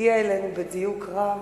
שהגיע אלינו בדיוק רב.